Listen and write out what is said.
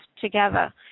together